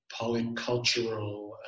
polycultural